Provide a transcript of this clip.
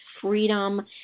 freedom